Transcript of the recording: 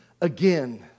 again